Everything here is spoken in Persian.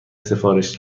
سفارش